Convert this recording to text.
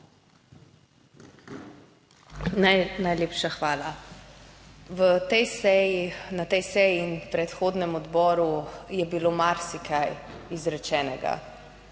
Najlepša hvala. V tej seji, na tej seji in predhodnem odboru je bilo marsikaj izrečenega,